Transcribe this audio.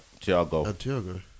Thiago